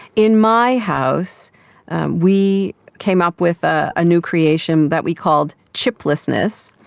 in my house we came up with a new creation that we called chiplessness.